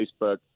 Facebook